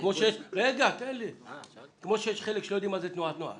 כמו שיש חלק שלא יודעים מה זה תנועות נוער